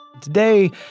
Today